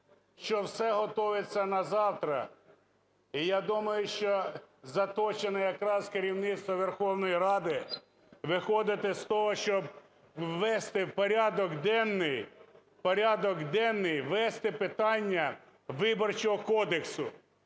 що все готовиться на завтра. І я думаю, що заточене якраз керівництво Верховної Ради виходити з того, щоб ввести в порядок денний, в порядок денний ввести питання Виборчого кодексу.